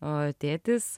o tėtis